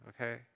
Okay